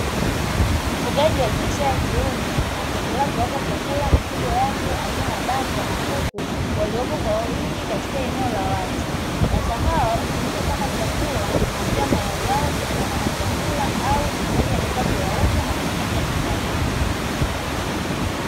Mfugaji wa jinsia ya kiume akiendelea kuwapa chakula mifugo yake aina ya bata na kuku waliopo kwa wingi katika eneo la wazi, bata hawa hutumika kama chakula na pia mayai yao hutumika kama chakula au mfugaji anaweza kuyauza na kujipatia kipato.